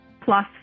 plus